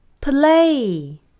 play